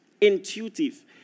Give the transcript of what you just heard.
Intuitive